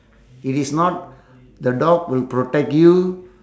it is not the dog will protect you